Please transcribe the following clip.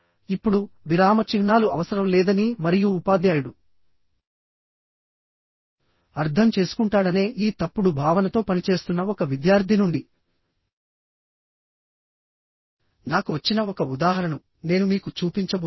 ఇప్పుడు విరామ చిహ్నాలు అవసరం లేదని మరియు ఉపాధ్యాయుడు అర్థం చేసుకుంటాడనే ఈ తప్పుడు భావనతో పనిచేస్తున్న ఒక విద్యార్థి నుండి నాకు వచ్చిన ఒక ఉదాహరణను నేను మీకు చూపించబోతున్నాను